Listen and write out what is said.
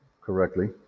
correctly